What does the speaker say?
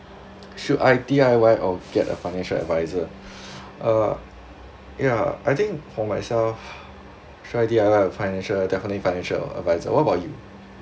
should I D_I_Y or get a financial adviser uh yeah I think for myself should I D_I_Y or financial definitely financial adviser what about you